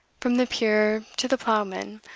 from the peer to the ploughman,